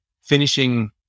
finishing